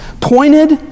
pointed